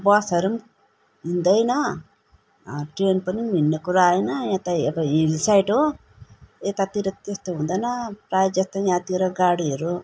बसहरू पनि हिँड्दैन ट्रेन पनि हिड्ने कुरा आएन यहाँ त अब हिल साइड हो यतातिर त्यस्तो हुँदैन प्रायः जस्तो यहाँतिर गाडीहरू